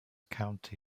county